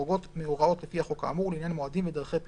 החורגות מהוראות לפי החוק האמור לעניין מועדים ודרכי פרסום.